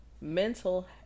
mental